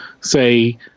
say